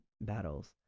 battles